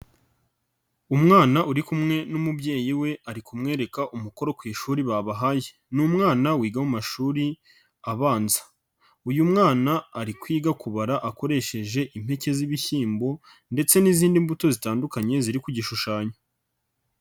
Umwana uri kumwe n'umubyeyi we, ari kumwereka umukoro ku ishuri babahaye. Ni umwana wiga mu mashuri abanza. Uyu mwana ari kwigaga kubara akoresheje impeke z'ibishyimbo ndetse n'izindi mbuto zitandukanye ziri ku gishushanyo.